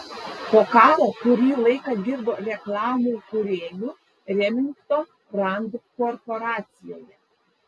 po karo kurį laiką dirbo reklamų kūrėju remington rand korporacijoje